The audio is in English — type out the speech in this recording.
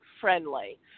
friendly